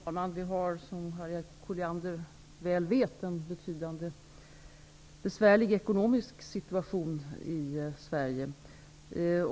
Herr talman! Som Harriet Colliander väl vet har vi i Sverige en mycket besvärlig ekonomisk situation.